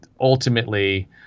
ultimately